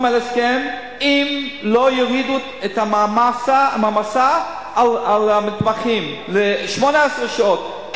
הסכם אם לא יורידו את המעמסה על המתמחים ל-18 שעות,